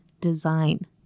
design